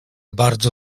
bardzo